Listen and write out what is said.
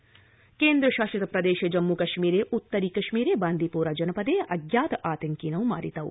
जम्मू कश्मीरम् केन्द्रशासित प्रदेशे जम्मू कश्मीर उत्तरी कश्मीर बांदीपोरा जनपदे अज्ञातातंकिनौ मारितौ